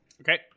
Okay